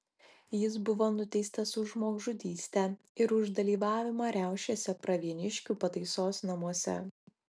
jis buvo nuteistas už žmogžudystę ir už dalyvavimą riaušėse pravieniškių pataisos namuose